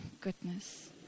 goodness